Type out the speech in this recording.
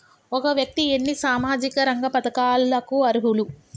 ఒక వ్యక్తి ఎన్ని సామాజిక రంగ పథకాలకు అర్హులు?